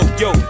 yo